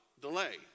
delay